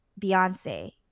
Beyonce